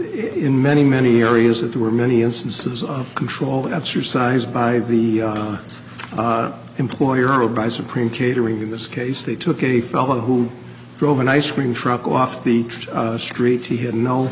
in many many areas that there were many instances of control at your size by the employer oh by supreme catering in this case they took a fellow who drove an ice cream truck off the street he had no